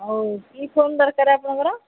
ହଉ କି ଫୋନ୍ ଦରକାର ଆପଣଙ୍କର